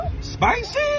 Spicy